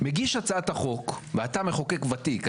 מגיש הצעת החוק ואתה מחוקק ותיק,